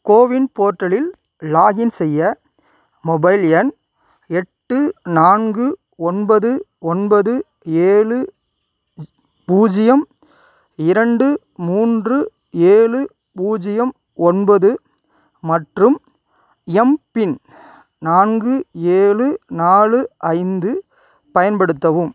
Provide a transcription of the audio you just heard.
CoWIN போர்ட்டலில் login செய்ய mobile எண் எட்டு நான்கு ஒன்பது ஒன்பது ஏழு பூஜ்ஜியம் இரண்டு மூன்று ஏழு பூஜ்ஜியம் ஒன்பது மற்றும் எம்பின் நான்கு ஏழு நாலு ஐந்து பயன்படுத்தவும்